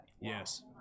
Yes